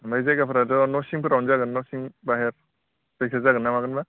ओमफ्राय जायगाफोराथ' न' सिंफोरावनो जागोन न' सिं बाहेर जायखिजाया जागोन ना मागोन बा